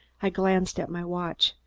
i glanced at my watch.